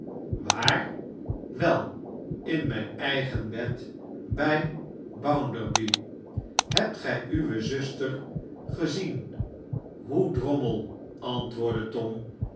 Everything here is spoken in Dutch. waar wel in mijn eigen bed bij bounderby hebt gij uwe zuster gezien hoe drommel antwoordde tom